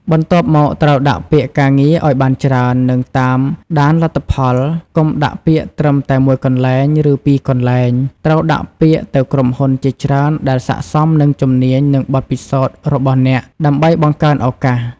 បន្ទាប់មក ត្រូវដាក់ពាក្យការងារឱ្យបានច្រើន និងតាមដានលទ្ធផល កុំដាក់ពាក្យត្រឹមតែមួយកន្លែង ឬពីរកន្លែង ត្រូវដាក់ពាក្យទៅក្រុមហ៊ុនជាច្រើនដែលស័ក្តិសមនឹងជំនាញនិងបទពិសោធន៍របស់អ្នក ដើម្បីបង្កើនឱកាស។